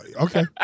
Okay